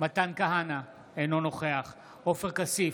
מתן כהנא, אינו נוכח עופר כסיף,